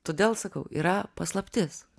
todėl sakau yra paslaptis